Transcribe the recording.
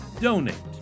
Donate